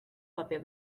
paper